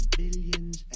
billions